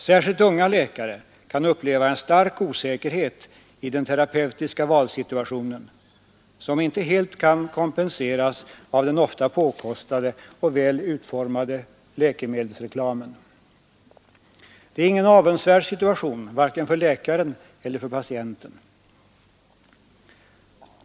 Särskilt unga läkare kan uppleva en stark osäkerhet i den terapeutiska valsituationen, som inte helt kan kompenseras av den ofta påkostade och väl utformade läkemedelsreklamen. Det är ingen avundsvärd situation, varken för läkaren eller patienten.